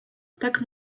tak